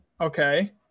Okay